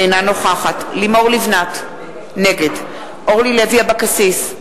אינה נוכחת לימור לבנת, נגד אורלי לוי אבקסיס,